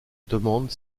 demande